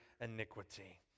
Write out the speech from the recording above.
iniquity